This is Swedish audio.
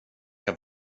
ska